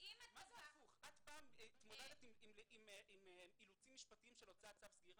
אם אתה בא --- את פעם התמודדת עם אילוצים משפטיים של הוצאת צו סגירה?